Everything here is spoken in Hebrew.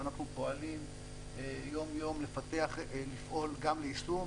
ואנחנו פועלים יום-יום לפעול גם ליישום